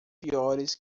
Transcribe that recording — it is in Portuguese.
piores